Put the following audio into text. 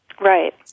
Right